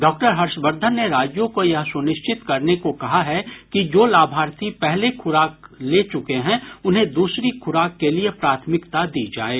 doctor Harshvardhan ने राज्यों को यह सुनिश्चित करने को कहा है कि जो लाभार्थी पहले खुराक ले चुके हैं उन्हें दूसरी खुराक के लिए प्राथमिकता दी जाये